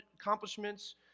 accomplishments